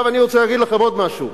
אני רוצה להגיד לכם עוד משהו.